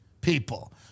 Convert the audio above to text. people